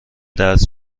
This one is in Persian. درس